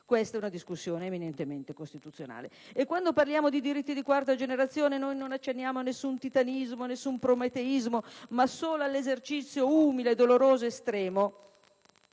questa è una discussione eminentemente costituzionale. Quando parliamo di diritti di quarta generazione, non accenniamo a nessun titanismo o prometeismo, ma solo all'esercizio umile, doloroso ed estremo